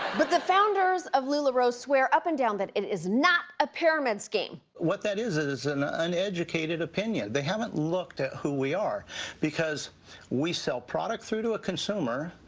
but the founders of lularoe swear up and down that it is not a pyramid scheme. what that is it is an uneducated opinion. they haven't looked at who we are because we sell product through to a consumer.